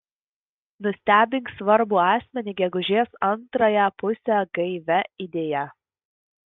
nustebink svarbų asmenį gegužės antrąją pusę gaivia idėja